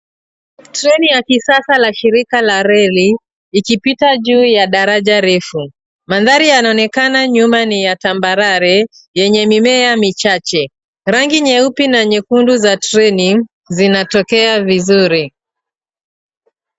Treni la kisasa ya shirika la reli ikipita juu ya daraja refu. Mandhari yanaonekana nyuma ni ya tambarare, yenye mimea michache. Rangi nyeupe na nyekundu za treni zinatokea vizuri.